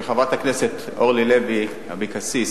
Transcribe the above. זה שחברת הכנסת אורלי לוי אבקסיס